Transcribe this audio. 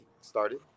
started